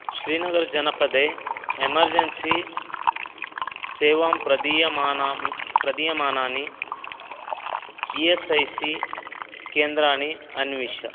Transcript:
श्रीनगर् जनपदे एमर्जेन्सी सेवां प्रदीयमानां प्रदीयमानानि ई एस् ऐ सी केन्द्राणि अन्विष